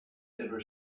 never